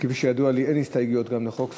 כפי שידוע לי, אין הסתייגויות גם לחוק זה.